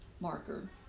marker